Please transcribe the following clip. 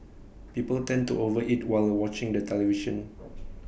people tend to over eat while watching the television